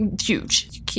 Huge